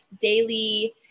daily